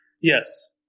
Yes